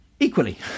Equally